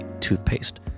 toothpaste